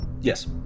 Yes